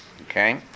Okay